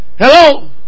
Hello